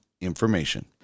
information